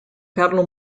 carlo